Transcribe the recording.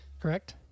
correct